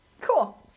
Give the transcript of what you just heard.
cool